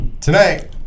Tonight